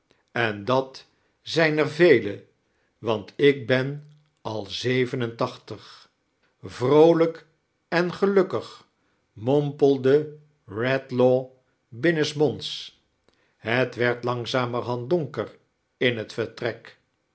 en dat zijn ear vele want ik ben al aeven en tachitig vroohj'k en geruikkdg mompelde redlaw btonenismoinda het werd langizeunartend donker in het vertrek